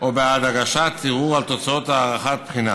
או בעד הגשת ערעור על תוצאות הערכת בחינה